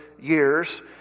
years